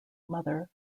mother